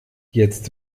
jetzt